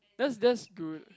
that's that's good